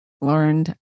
learned